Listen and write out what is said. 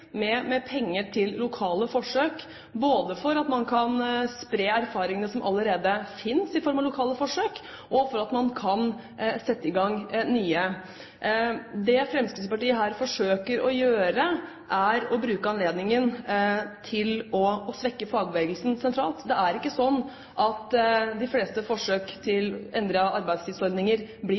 med penger til lokale forsøk både for at man kan spre erfaringene som allerede finnes i form av lokale forsøk, og for at man kan sette i gang nye. Det Fremskrittspartiet her forsøker å gjøre, er å bruke anledningen til å svekke fagbevegelsen sentralt. Det er ikke slik at de fleste forsøk med hensyn til endrede arbeidstidsordninger blir